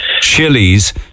chilies